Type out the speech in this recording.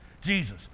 Jesus